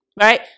right